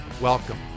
Welcome